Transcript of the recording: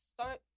start